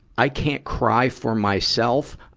i can't cry for myself. i,